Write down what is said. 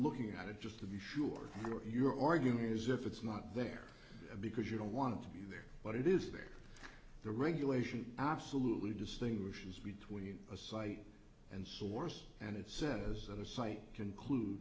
looking at it just to be sure you're arguing is if it's not there because you don't want to be there but it is there the regulation absolutely distinguishes between a site and source and if sent as the site conclude